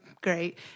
great